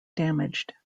damaged